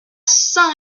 saint